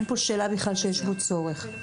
אין שאלה שיש בו צורך.